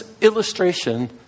illustration